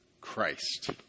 Christ